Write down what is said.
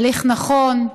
הליך נכון,